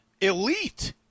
elite